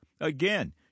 Again